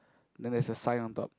then there is a sign on top